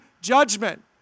judgment